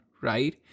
right